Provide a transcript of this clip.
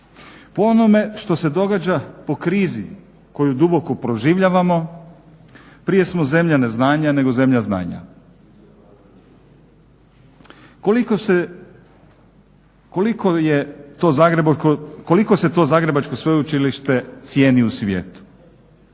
Po onome što se događa po krizi koju duboko proživljavamo prije smo zemlja neznanja nego zemlja znanja. Koliko se to zagrebačko sveučilište cijeni u svijetu?